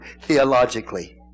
theologically